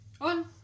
On